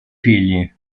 figli